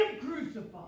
crucified